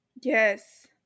Yes